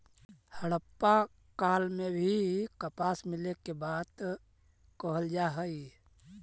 हड़प्पा काल में भी कपास मिले के बात कहल जा हई